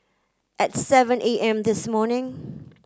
at seven A M this morning